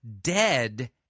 dead